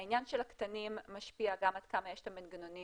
העניין של הקטנים משפיע גם עד כמה יש את המנגנונים